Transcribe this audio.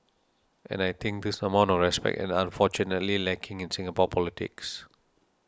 and I think this amount of respect is unfortunately lacking in Singapore politics